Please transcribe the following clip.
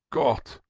gott!